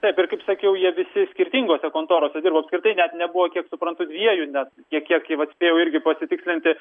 taip ir kaip sakiau jie visi skirtingose kontorose dirbo apskritai net nebuvo kiek suprantu dviejų net tiek kiek vat spėjau irgi va pasitikslinti